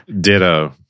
Ditto